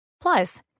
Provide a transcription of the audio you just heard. Plus